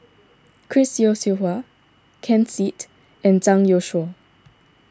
Chris Yeo Siew Hua Ken Seet and Zhang Youshuo